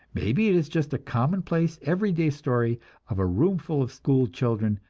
maybe it is just a commonplace, every-day story of a room full of school children,